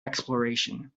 exploration